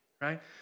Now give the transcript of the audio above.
right